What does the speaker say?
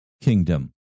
kingdom